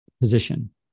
position